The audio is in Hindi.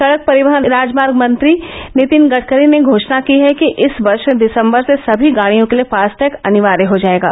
सड़क परिवहन राजमार्ग मंत्री नितिन गड़करी ने घोषणा की है कि इस वर्ष दिसंबर से सभी गाड़ियों के लिए फास्टैग अनिवार्य हो जाएंगे